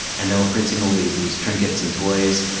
and they were printing all these these trinkets and toys,